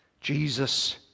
Jesus